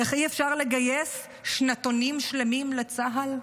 איך אי-אפשר לגייס שנתונים שלמים לצה"ל?